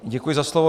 Děkuji za slovo.